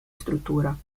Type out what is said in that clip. struttura